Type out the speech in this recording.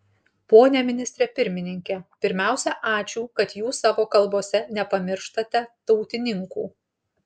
pone ministre pirmininke pirmiausia ačiū kad jūs savo kalbose nepamirštate tautininkų